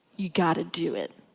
you've gotta do it.